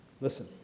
Listen